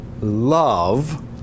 love